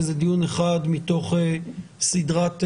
זה דיון אחד מתוך סדרת דיונים.